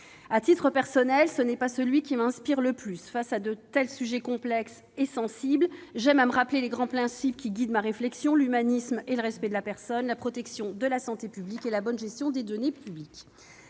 À titre personnel, ce n'est pas celui qui m'inspire le plus ! Face à de tels sujets, complexes et sensibles, j'aime à me rappeler les grands principes guidant ma réflexion : l'humanisme et le respect de la personne ; la protection de la santé publique ; la bonne gestion des deniers publics.